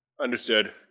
Understood